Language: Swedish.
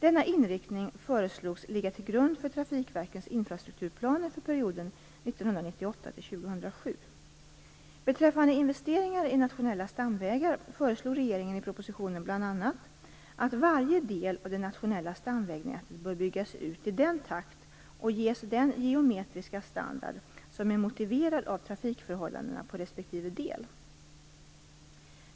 Denna inriktning föreslogs ligga till grund för trafikverkens infrastrukturplaner för perioden 1998-2007. Beträffande investeringar i nationella stamvägar föreslog regeringen i propositionen bl.a. att varje del av det nationella stamvägnätet bör byggas ut i den takt och ges den geometriska standard som är motiverad av trafikförhållandena på respektive del.